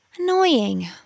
Annoying